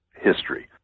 history